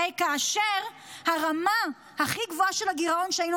כאשר הרמה הכי גבוהה של הגירעון שהיינו